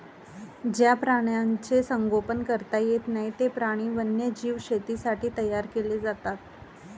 ज्या प्राण्यांचे संगोपन करता येत नाही, ते प्राणी वन्यजीव शेतीसाठी तयार केले जातात